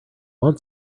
want